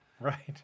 Right